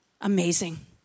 amazing